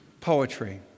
poetry